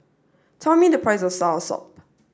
tell me the price of soursop